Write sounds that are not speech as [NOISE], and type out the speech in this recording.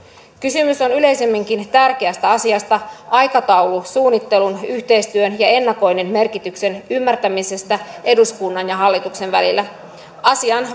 kysymys on yleisemminkin tärkeästä asiasta aikataulusuunnittelun yhteistyön ja ennakoinnin merkityksen ymmärtämisestä eduskunnan ja hallituksen välillä asian [UNINTELLIGIBLE]